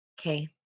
okay